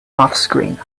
offscreen